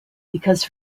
because